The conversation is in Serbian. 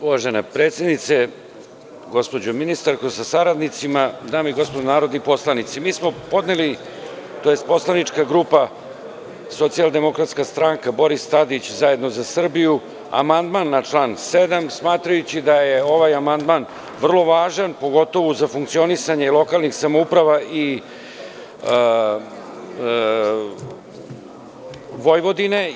Uvažena predsednice, gospođo ministarko sa saradnicima, dame i gospodo narodni poslanici, mi smo podneli, odnosno poslanička grupa SDS – Boris Tadić – ZZS, amandman na član 7, smatrajući da je ovaj amandman vrlo važan, pogotovo za funkcionisanje lokalnih samouprava i Vojvodine.